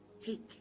take